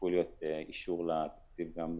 וצפוי להיות אישור לתקציב גם בחוק-היסוד.